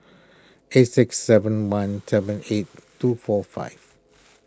eight six seven one seven eight two four five